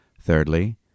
Thirdly